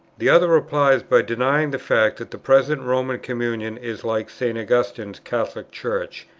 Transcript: the other replies by denying the fact that the present roman communion is like st. augustine's catholic church,